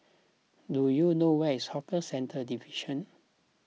do you know where is Hawker Centres Division